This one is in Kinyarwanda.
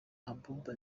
abouba